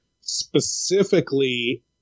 specifically